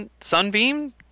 Sunbeam